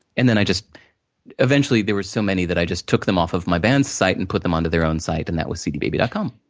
and, then, i just eventually, there were so many that i just took them off of my band's site, and put them onto their own site, and that was cdbaby dot com.